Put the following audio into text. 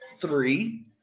three